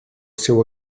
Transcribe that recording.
seu